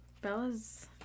Bella's